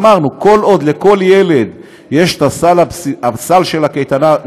אמרנו: כל עוד לכל ילד יש סל של הקייטנה,